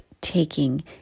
taking